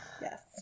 Yes